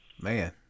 man